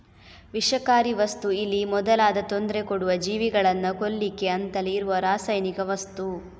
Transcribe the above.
ವಿಷಕಾರಿ ವಸ್ತು ಇಲಿ ಮೊದಲಾದ ತೊಂದ್ರೆ ಕೊಡುವ ಜೀವಿಗಳನ್ನ ಕೊಲ್ಲಿಕ್ಕೆ ಅಂತಲೇ ಇರುವ ರಾಸಾಯನಿಕ ವಸ್ತು